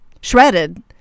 shredded